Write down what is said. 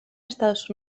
estados